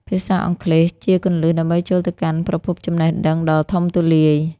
ភាសាអង់គ្លេសជាគន្លឹះដើម្បីចូលទៅកាន់ប្រភពចំណេះដឹងដ៏ធំទូលាយ។